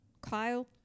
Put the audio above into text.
Kyle